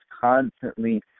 constantly